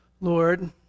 Lord